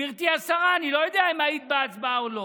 גברתי השרה, אני לא יודע אם היית בהצבעה או לא,